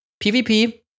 PvP